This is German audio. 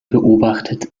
beobachtet